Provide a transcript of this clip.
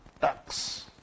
tax